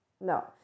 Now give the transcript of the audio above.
No